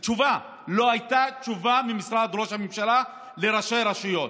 לא הייתה תשובה ממשרד ראש הממשלה לראשי הרשויות.